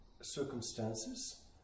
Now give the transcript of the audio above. circumstances